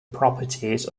properties